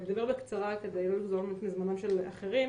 אדבר בקצרה בשביל לא לגזול מזמנם של אחרים,